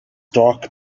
dark